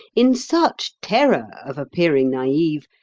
in such terror of appearing naive,